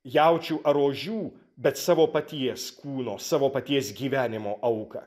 jaučių ar ožių bet savo paties kūno savo paties gyvenimo auką